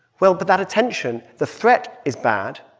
well but that attention the threat is bad.